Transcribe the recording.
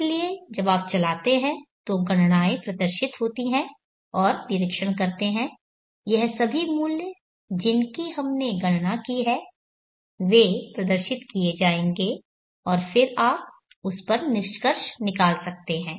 इसलिए जब आप चलाते हैं तो गणनाएँ प्रदर्शित होती हैं और निरीक्षण करते हैं यह सभी मूल्य जिनकी हमने गणना की है वे प्रदर्शित किए जाएंगे और फिर आप उस पर निष्कर्ष निकाल सकते हैं